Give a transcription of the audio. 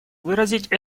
выразить